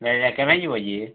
ନାଇ ଇ'ଟା କେଭେ ଯିବ ଯେ